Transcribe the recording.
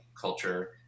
culture